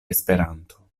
esperanto